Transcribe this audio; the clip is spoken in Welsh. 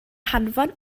hanfon